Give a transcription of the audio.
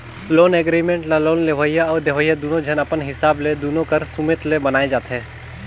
loan agreement ल loan लेवइया अउ देवइया दुनो झन अपन हिसाब ले दुनो कर सुमेत ले बनाए जाथें